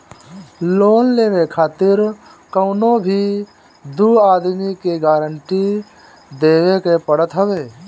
loan लेवे खातिर कवनो भी दू आदमी के गारंटी देवे के पड़त हवे